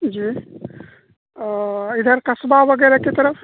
جی ادھر قصبہ وغیرہ کی طرف